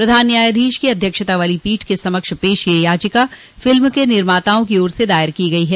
प्रधान न्यायाधीश की अध्यक्षता वाली पीठ के समक्ष पेश यह याचिका फिल्म के निर्माताओं की ओर से दायर की गइ है